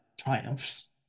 triumphs